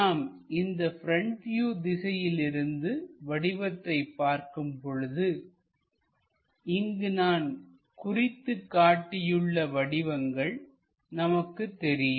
நாம் இந்த front view திசையிலிருந்து வடிவத்தைப் பார்க்கும் பொழுது இங்கு நான் குறித்து காட்டியுள்ள வடிவங்கள் நமக்கு தெரியும்